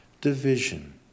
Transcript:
division